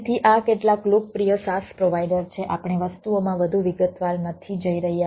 તેથી આ કેટલાક લોકપ્રિય SaaS પ્રોવાઈડર છે આપણે વસ્તુઓમાં વધુ વિગતવાર નથી જઈ રહ્યા